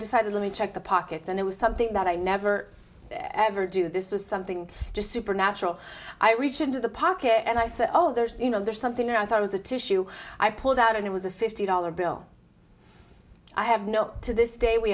decided let me check the pockets and it was something that i never ever do this was something just supernatural i reach into the pocket and i said oh there's you know there's something that i thought was a tissue i pulled out and it was a fifty dollar bill i have no to this day we